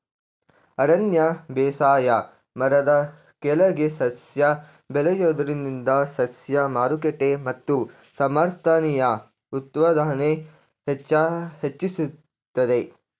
ಅರಣ್ಯ ಬೇಸಾಯ ಮರದ ಕೆಳಗೆ ಸಸ್ಯ ಬೆಳೆಯೋದ್ರಿಂದ ಸಸ್ಯ ಮಾರುಕಟ್ಟೆ ಮತ್ತು ಸಮರ್ಥನೀಯ ಉತ್ಪಾದನೆ ಹೆಚ್ಚಿಸ್ತದೆ